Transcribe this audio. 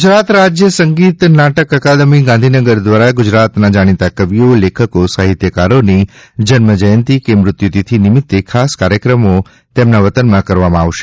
ગુજરાત રાજ્ય સંગીત નાટક અકાદમી ગાંધીનગર દ્વારા ગુજરાતના જાણીતા કવિઓ લેખકો સાહિત્યકારોની જન્મજયંતી કે મૃત્યુતિથિ નિમિત્તે ખાસ કાર્યક્રમો તેમના વતનમાં કરવામાં આવશે